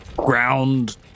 ground